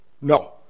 No